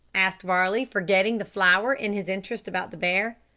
asked varley, forgetting the flower in his interest about the bear.